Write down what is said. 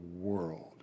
world